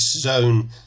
zone